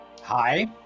hi